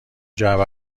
جعبه